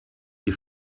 die